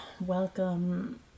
welcome